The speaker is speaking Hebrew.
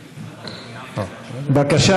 בבקשה,